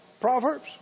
Proverbs